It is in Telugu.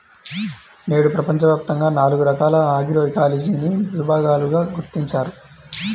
నేడు ప్రపంచవ్యాప్తంగా నాలుగు రకాల ఆగ్రోఇకాలజీని విభాగాలను గుర్తించారు